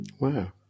Wow